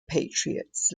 patriots